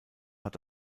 hat